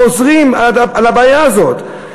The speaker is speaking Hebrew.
חוזרים על הבעיה הזאת,